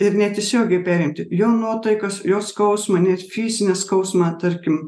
ir netiesiogiai perimti jo nuotaikas jo skausmą net fizinį skausmą tarkim